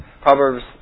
Proverbs